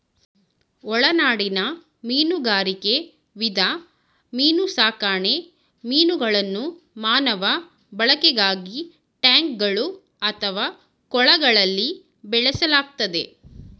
ಒಳನಾಡಿನ ಮೀನುಗಾರಿಕೆ ವಿಧ ಮೀನುಸಾಕಣೆ ಮೀನುಗಳನ್ನು ಮಾನವ ಬಳಕೆಗಾಗಿ ಟ್ಯಾಂಕ್ಗಳು ಅಥವಾ ಕೊಳಗಳಲ್ಲಿ ಬೆಳೆಸಲಾಗ್ತದೆ